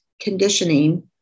conditioning